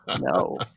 No